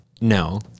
No